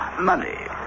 money